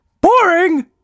Boring